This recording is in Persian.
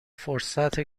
فرصت